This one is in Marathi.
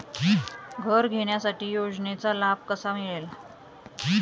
घर घेण्यासाठी योजनेचा लाभ कसा मिळेल?